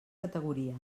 categoria